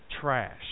trash